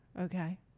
Okay